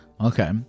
Okay